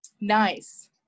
nice